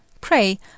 Pray